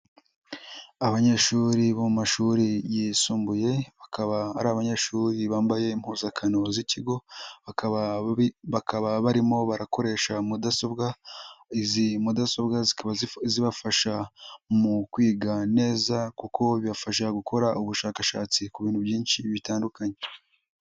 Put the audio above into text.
Abanyeshuri bo mu mashuri yisumbuye, bakaba ari abanyeshuri bambaye impuzankanozi z'ikigo, bakaba barimo barakoresha mudasobwa ,izi mudasobwa zibafasha mu kwiga neza kuko bibafasha gukora ubushakashatsi ku bintu byinshi bitandukanye.